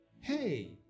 Hey